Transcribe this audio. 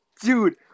dude